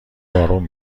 بارون